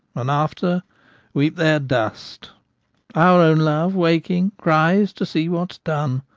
and after weep their dust our own love waking cries to see what's done,